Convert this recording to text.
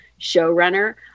showrunner